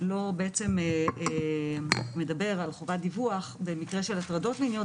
לא מדבר על חובת דיווח במקרה של הטרדות מיניות,